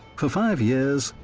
for five years,